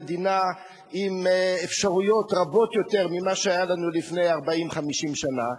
מדינה עם אפשרויות רבות יותר ממה שהיה לנו לפני 40 50 שנה,